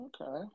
Okay